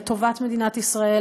לטובת מדינת ישראל,